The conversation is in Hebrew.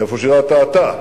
איפה שירת אתה?